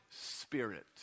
spirit